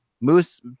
Moose